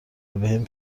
وبهم